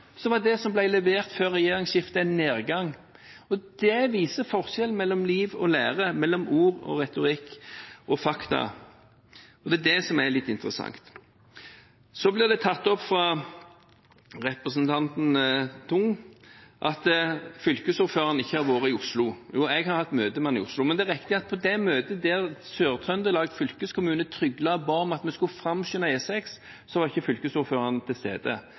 var det som ble levert før regjeringsskiftet, en nedgang. Det viser forskjellen mellom liv og lære og mellom ord, retorikk og fakta. Det er det som er litt interessant. Det blir tatt opp fra representanten Tung at fylkesordføreren ikke har vært i Oslo. Jo, jeg har hatt møte med ham i Oslo, men det er riktig at på det møtet der Sør-Trøndelag fylkeskommune tryglet og ba om at vi skulle framskynde E6, var ikke fylkesordføreren til stede.